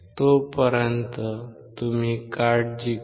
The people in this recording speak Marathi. तोपर्यंत तुम्ही काळजी घ्या